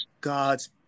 God's